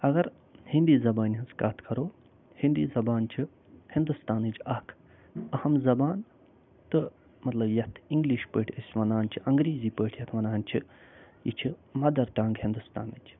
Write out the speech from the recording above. اگر ہیندی زبانہِ ہٕنٛز کَتھ کَرو ہیندی زبان چھِ ہندوستانٕچ اکھ أہم زبان تہٕ مطلب یتھ اِنٛگلِش پٲٹھۍ أسۍ ونان چھِ انٛگریٖزی پٲٹھۍ یتھ وَنان چھِ یہِ چھِ مَدر ٹنٛگ ہندوستانٕچ